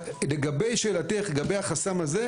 לגבי שאלתך לגבי החסם הזה,